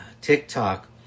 TikTok